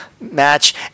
match